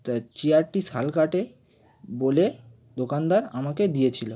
তা চেয়ারটি শালকাঠের বলে দোকানদার আমাকে দিয়েছিল